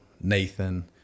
Nathan